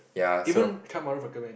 even Chan-Brother recommend it